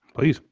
please.